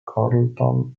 carleton